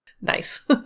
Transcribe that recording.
Nice